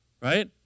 right